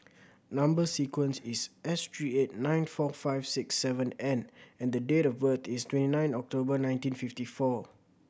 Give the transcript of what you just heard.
number sequence is S three eight nine four five six seven N and the date of birth is twenty nine October nineteen fifty four